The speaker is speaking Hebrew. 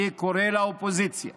אני קורא לאופוזיציה